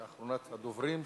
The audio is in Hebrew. ואחרונת הדוברים,